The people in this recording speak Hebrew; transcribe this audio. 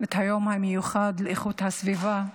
את היום המיוחד לאיכות הסביבה,